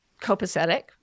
copacetic